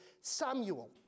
Samuel